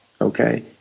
Okay